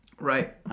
right